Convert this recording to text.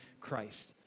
Christ